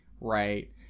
right